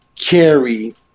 carry